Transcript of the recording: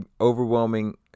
overwhelming